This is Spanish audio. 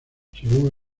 según